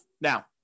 Now